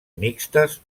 mixtes